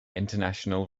international